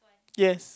yes